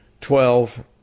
Twelve